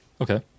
Okay